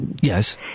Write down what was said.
Yes